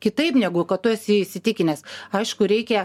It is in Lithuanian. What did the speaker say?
kitaip negu kad tu esi įsitikinęs aišku reikia